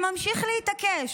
שממשיך להתעקש.